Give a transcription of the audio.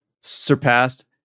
surpassed